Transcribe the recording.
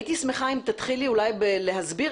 הייתי שמחה אם תתחילי אולי בלהסביר